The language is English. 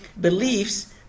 beliefs